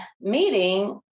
meeting